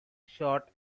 short